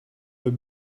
the